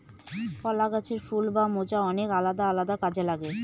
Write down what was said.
কলা গাছের ফুল বা মোচা অনেক আলাদা আলাদা কাজে লাগে